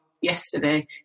yesterday